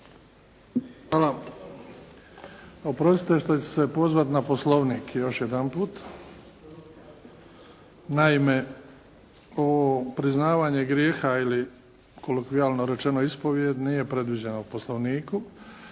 Hvala. Oprostite što ću se pozvati na Poslovnik još jedanput. Naime, ovo priznavanje grijeha ili kolokvijalno rečeno ispovijed, nije predviđena u Poslovniku